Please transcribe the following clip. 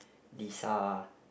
Disa